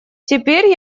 теперь